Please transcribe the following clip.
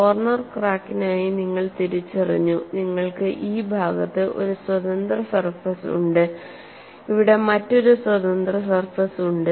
corner ക്രാക്കിനായി നിങ്ങൾക്ക് തിരിച്ചറിഞ്ഞു നിങ്ങൾക്ക് ഈ ഭാഗത്ത് ഒരു സ്വതന്ത്ര സർഫസ് ഉണ്ട് ഇവിടെ മറ്റൊരു സ്വതന്ത്ര സർഫസ് ഉണ്ട്